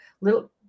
little